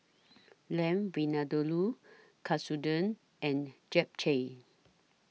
Lamb Vindaloo Katsudon and Japchae